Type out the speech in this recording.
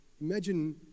Imagine